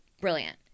Brilliant